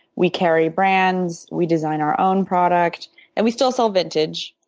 we carry brands, we design our own product and we still sell vintage.